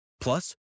Plus